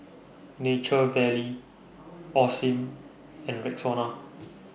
Nature Valley Osim and Rexona